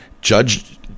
Judge